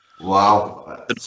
Wow